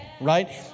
right